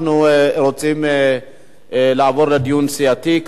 אנחנו רוצים לעבור לדיון הסיעתי.